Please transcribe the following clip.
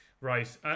Right